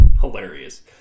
hilarious